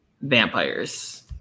vampires